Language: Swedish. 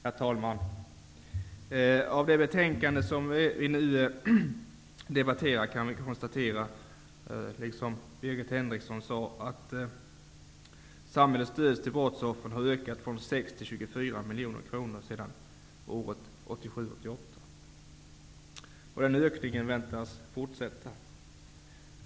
Herr talman! Med anledning av det betänkande som vi nu debatterar kan vi, som Birgit Henriksson sade, konstatera att samhällets stöd till brottsoffren har ökat från 6 till 24 miljoner kronor sedan 1987/88 och att ökningen väntas fortsätta.